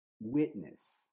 witness